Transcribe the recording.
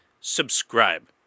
Subscribe